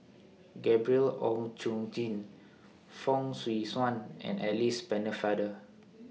Gabriel Oon Chong Jin Fong Swee Suan and Alice Pennefather